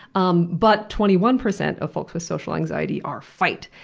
um but twenty one percent of folks with social anxiety are fight.